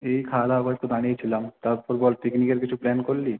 এই খাওয়া দাওয়া করে একটু দাঁড়িয়েছিলাম তারপর বল পিকনিকের কিছু প্ল্যান করলি